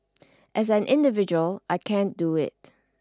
as an individual I can't do it